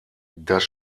das